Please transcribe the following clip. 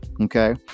Okay